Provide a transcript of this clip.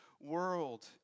world